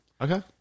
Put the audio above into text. Okay